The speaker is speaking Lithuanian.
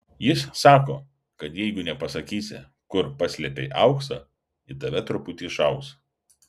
jis sako kad jeigu nepasakysi kur paslėpei auksą į tave truputį šaus